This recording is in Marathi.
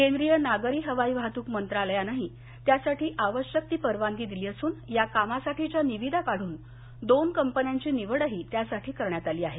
केंद्रीय नागरी हवाई वाहतूक मंत्रालयानेही त्यासाठी आवश्यक ती परवानगी दिली असून या कामासाठीच्या निविदा काढून दोन कंपन्यांची निवडही त्यासाठी करण्यात आली आहे